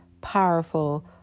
powerful